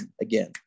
again